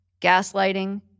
gaslighting